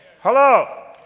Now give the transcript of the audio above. Hello